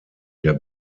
der